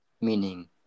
Meaning